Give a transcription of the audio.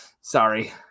Sorry